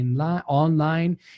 online